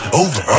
over